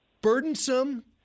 burdensome